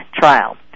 trial